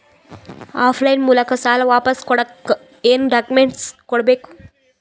Of line ಮೂಲಕ ಸಾಲ ವಾಪಸ್ ಕೊಡಕ್ ಏನು ಡಾಕ್ಯೂಮೆಂಟ್ಸ್ ಕೊಡಬೇಕು?